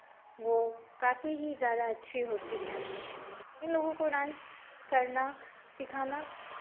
वो काफी ही ज़्यादा अच्छी होती हैं इनलोगों को डांस करना सिखाना